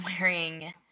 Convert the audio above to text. wearing